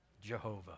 Jehovah